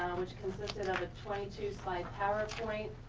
which consisted of a twenty two slide powerpoint.